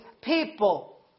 people